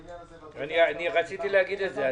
בעניין הזה -- אני רציתי להגיד את זה.